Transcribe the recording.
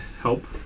help